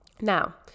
Now